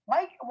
Mike